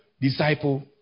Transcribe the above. disciple